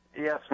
Yes